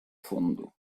fondo